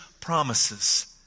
promises